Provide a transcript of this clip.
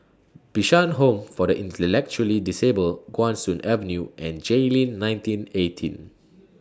Bishan Home For The Intellectually Disabled Guan Soon Avenue and Jayleen nineteen eighteen